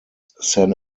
san